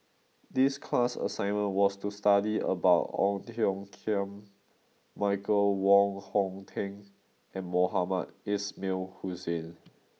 this class assignment was to study about Ong Tiong Khiam Michael Wong Hong Teng and Mohamed Ismail Hussain